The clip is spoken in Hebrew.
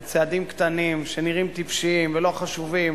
בצעדים קטנים שנראים טיפשיים ולא חשובים,